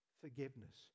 forgiveness